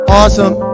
awesome